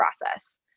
process